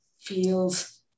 feels